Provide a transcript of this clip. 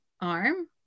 arm